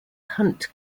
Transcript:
hunt